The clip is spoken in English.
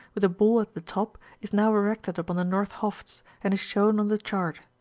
with a ball at the top, is now erected upon the north hofts, and is shown on the chart.